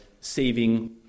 saving